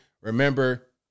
Remember